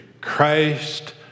Christ